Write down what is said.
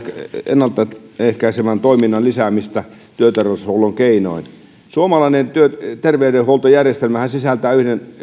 ennaltaehkäisevän toiminnan lisäämistä työterveyshuollon keinoin suomalainen terveydenhuoltojärjestelmähän sisältää